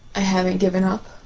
i haven't given up.